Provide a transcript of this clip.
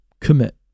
commit